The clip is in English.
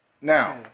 Now